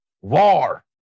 war